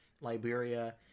Liberia